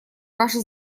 ваши